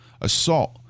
assault